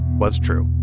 was true